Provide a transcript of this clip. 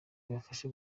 ibafashe